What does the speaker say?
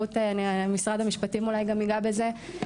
משרד המשפטים אולי ייגע בזה,